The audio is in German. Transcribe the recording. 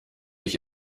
ich